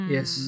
Yes